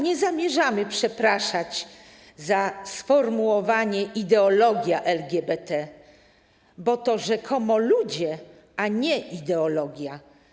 Nie zamierzamy przepraszać za sformułowanie: ideologia LGBT, bo to rzekomo ludzie, a nie ideologia.